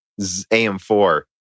AM4